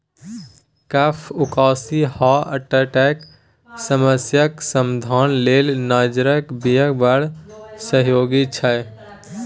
कफ, उकासी आ हार्टक समस्याक समाधान लेल नाइजरक बीया बड़ सहयोगी छै